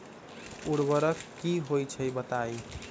उर्वरक की होई छई बताई?